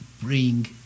bring